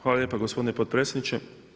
Hvala lijepo gospodine potpredsjedniče.